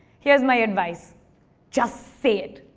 here's my advice just say it.